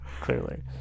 clearly